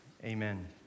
Amen